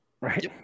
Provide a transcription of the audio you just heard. Right